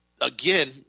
again